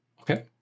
okay